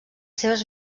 seves